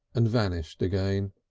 and vanished again.